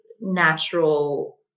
natural